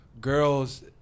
girls